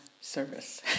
service